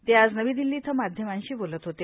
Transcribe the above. ते आज नवी दिल्ली इथं माध्यमांशी बोलत होते